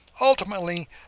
ultimately